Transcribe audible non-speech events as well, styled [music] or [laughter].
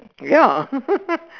ya [laughs]